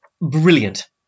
brilliant